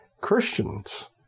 Christians